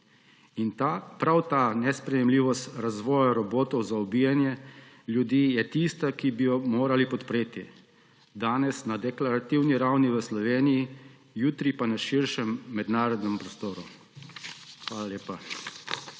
Prav ta nesprejemljivost razvoja robotov za ubijanje ljudi je tista, ki bi jo morali podpreti danes na deklarativni ravni v Sloveniji, jutri pa na širšem mednarodnem prostoru. Hvala lepa.